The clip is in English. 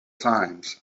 times